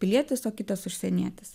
pilietis o kitas užsienietis